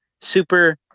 super